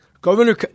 Governor